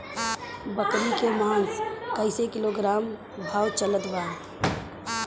बकरी के मांस कईसे किलोग्राम भाव चलत बा?